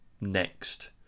next